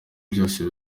byose